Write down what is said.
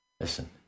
Listen